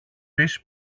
πεις